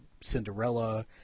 Cinderella